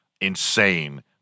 insane